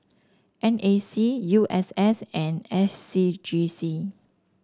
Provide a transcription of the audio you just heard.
N A C U S S and S C G C